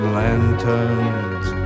lanterns